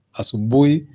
asubui